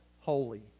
holy